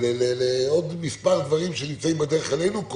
לעוד מספר דברים שנמצאים בדרך אלינו,